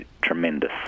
tremendous